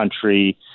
country